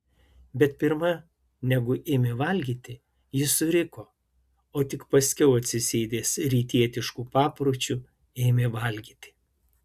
bet pirma negu ėmė valgyti jis suriko o tik paskiau atsisėdęs rytietišku papročiu ėmė valgyti